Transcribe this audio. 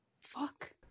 Fuck